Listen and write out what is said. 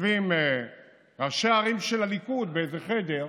ויושבים ראשי הערים של הליכוד באיזה חדר,